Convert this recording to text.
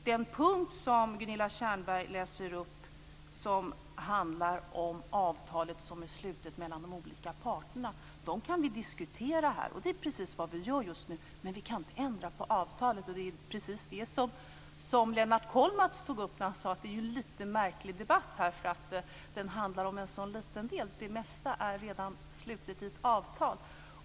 Den punkt som Gunilla Tjernberg läser upp, som handlar om det avtal som är slutet mellan de olika parterna, kan vi diskutera här, och det är precis det vi gör just nu, men vi kan inte ändra på avtalet. Det var precis det som Lennart Kollmats tog upp när han sade att detta är en lite märklig debatt, därför att den handlar om en sådan liten del. Det mesta är redan inneslutet i ett avtal.